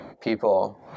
people